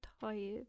tired